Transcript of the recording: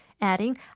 adding